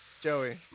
Joey